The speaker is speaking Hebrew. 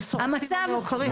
ומסורסים ומעוקרים.